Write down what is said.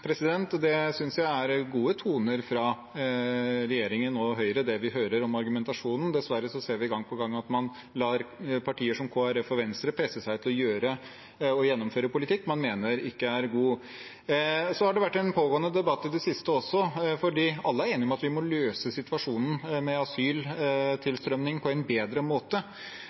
Det synes jeg er gode toner fra regjeringen og Høyre, det vi hører om argumentasjonen. Dessverre ser vi gang på gang at man lar partier som Kristelig Folkeparti og Venstre presse seg til å gjennomføre politikk man mener ikke er god. Så har det vært en pågående debatt i det siste også. Alle er enige om at vi må løse situasjonen med asyltilstrømning på en bedre måte,